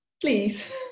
please